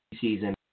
season